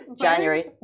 January